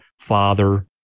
father